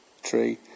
tree